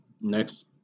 Next